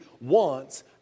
wants